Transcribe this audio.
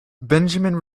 benjamin